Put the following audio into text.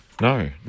No